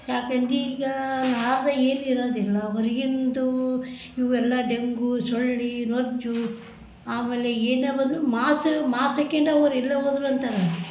ಯಾಕೆಂದ್ರ್ ಈಗ ನಾವೇ ಏನೂ ಇರೋದಿಲ್ಲ ಹೊರ್ಗಿಂದು ಇವೆಲ್ಲ ಡೆಂಗೂ ಸೊಳ್ಳೆ ನೊರ್ಜು ಆಮೇಲೆ ಏನೇ ಬಂದ್ರೂ ಮಾಸು ಮಾಸ್ ಹಾಕ್ಕಂಡೆ ಹೋಗ್ರಿ ಎಲ್ಲೇ ಹೋದರೂ ಅಂತಾರೆ